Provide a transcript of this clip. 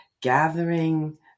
gathering